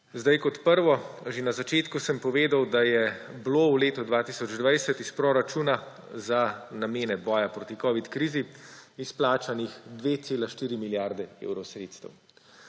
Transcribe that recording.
neučinkovita. Že na začetku sem povedal, da je bilo v letu 2020 iz proračuna za namene boja proti covid krizi izplačanih 2,4 milijarde evrov sredstev.